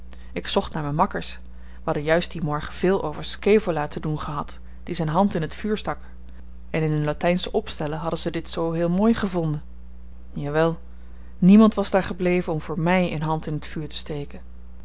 ik zocht naar myn makkers we hadden juist dien morgen veel over scaevola te doen gehad die zyn hand in t vuur stak en in hun latynsche opstellen hadden ze dit zoo heel mooi gevonden jawel niemand was daar gebleven om voor my een hand in t vuur te steken